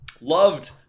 Loved